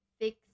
fix